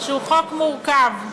שהוא חוק מורכב,